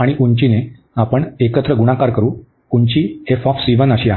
आणि उंचीने गुणाकार करू जी आहे